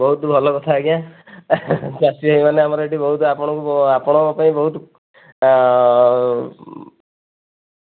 ବହୁତ ଭଲ କଥା ଆଜ୍ଞା ଚାଷୀ ଭାଇମାନେ ଆମର ଏଠି ବହୁତ ଆପଣଙ୍କୁ ଆପଣଙ୍କ ପାଇଁ ବହୁତ